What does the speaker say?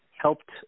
helped